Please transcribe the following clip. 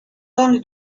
only